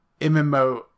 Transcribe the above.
MMO